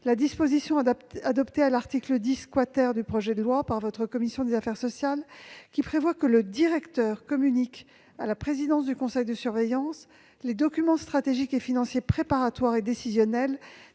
la disposition insérée dans le projet de loi par votre commission et devenue l'article 10 , qui prévoit que le directeur communique à la présidence du conseil de surveillance les documents stratégiques et financiers préparatoires et décisionnels